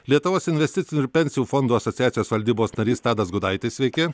lietuvos investicijų ir pensijų fondų asociacijos valdybos narys tadas gudaitis sveiki